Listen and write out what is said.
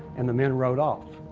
and the men rode off.